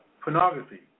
pornography